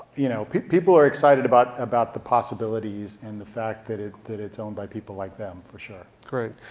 you know people are excited about about the possibilities and the fact that it's that it's owned by people like them for sure. great,